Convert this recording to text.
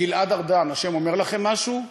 גלעד ארדן, השם אומר לכם משהו?